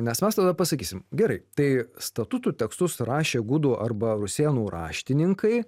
nes mes tada pasakysim gerai tai statutų tekstus rašė gudų arba rusėnų raštininkai